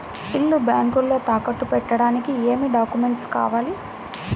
ఇల్లు బ్యాంకులో తాకట్టు పెట్టడానికి ఏమి డాక్యూమెంట్స్ కావాలి?